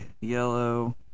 yellow